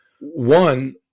One